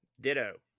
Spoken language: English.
ditto